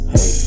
Hey